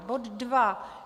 Bod dva.